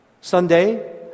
Sunday